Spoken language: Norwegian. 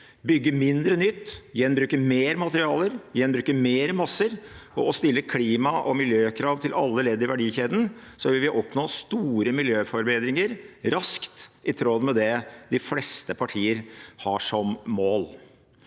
bygge mindre nytt, gjenbruke mer materialer, gjenbruke mer masser og stille klima- og miljøkrav til alle ledd i verdikjeden vil vi oppnå store miljøforbedringer raskt, i tråd med det de fleste partier har som mål.